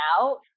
out